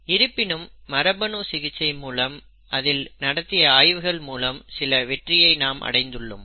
இருப்பினும் மரபணு சிகிச்சை மூலம் அதில் நடத்திய ஆய்வுகள் மூலம் சில வெற்றியை நாம் அடைந்துள்ளோம்